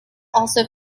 also